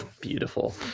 Beautiful